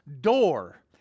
door